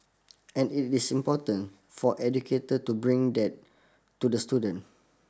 and it is important for educator to bring that to the student